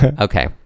Okay